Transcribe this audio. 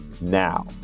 now